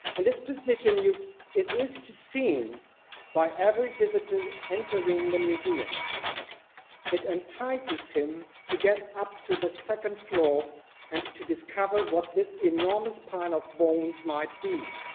in this position you it is to seen by average visitors entering the museum it entices him to get up to the second floor and to discover what this enormous pile of bones might be